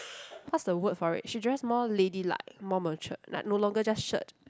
what's the word for it she dress more ladylike more matured like no longer just shirt